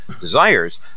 desires